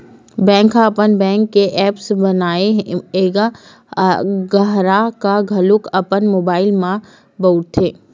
bank ह अपन bank के ऐप्स बनाए हे एला गराहक ह घलोक अपन मोबाइल म बउरथे